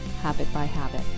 habit-by-habit